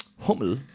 Hummel